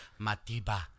Matiba